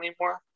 anymore